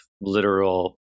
literal